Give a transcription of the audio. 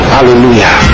Hallelujah